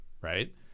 right